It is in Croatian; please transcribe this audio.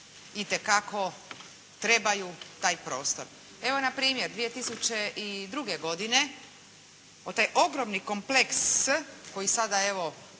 itekako trebaju taj prostor. Evo na primjer, 2002. godine u taj ogromni kompleks koji sada evo